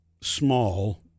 small